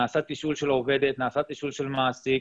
נעשה תשאול של העובדת, נעשה תשאול של מעסק.